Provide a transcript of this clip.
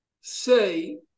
say